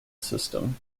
system